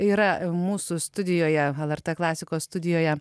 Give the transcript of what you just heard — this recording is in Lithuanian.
yra mūsų studijoje lrt klasikos studijoje